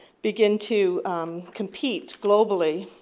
begin to compete globally,